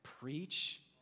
Preach